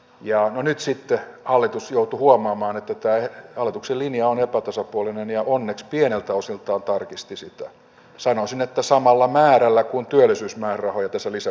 no nyt sitten hallitus joutui huomaamaan että tämä hallituksen linja on epätasapuolinen ja onneksi pieneltä osin tarkisti sitä sanoisin että samalla määrällä kuin työllisyysmäärärahoja tässä lisäbudjetissa